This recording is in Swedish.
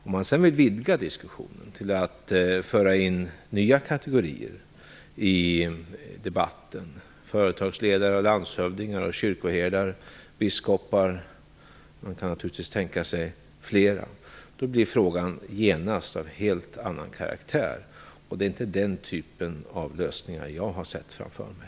Om man sedan vill vidga diskussionen och föra in nya kategorier i debatten - företagsledare, landshövdingar, kyrkoherdar, biskopar; man kan naturligtvis tänka sig flera grupper - då blir frågan genast av en helt annan karaktär, och det är inte den typen av lösningar jag har sett framför mig.